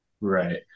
Right